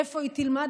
איפה היא תלמד,